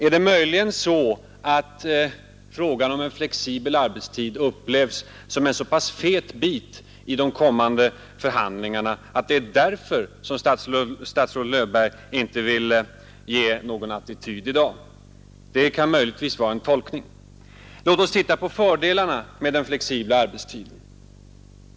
Upplevs möjligen frågan om en flexibel arbetstid som en så pass fet bit i de kommande förhandlingarna att statsrådet Löfberg inte vill visa någon attityd i dag? Det kan möjligtvis vara en tolkning. Låt oss se på fördelarna med en flexibel arbetstid.